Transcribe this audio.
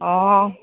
অঁ